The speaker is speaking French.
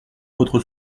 votre